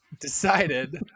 decided